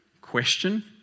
question